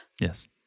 Yes